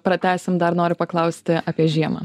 pratęsim dar noriu paklausti apie žiemą